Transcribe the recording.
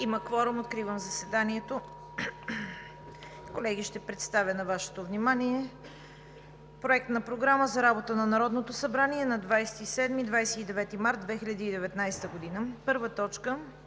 Има кворум. Откривам заседанието. (Звъни.) Колеги, ще представя на Вашето внимание Проект на програма за работата на Народното събрание на 27 – 29 март 2019 г.: „1. Първо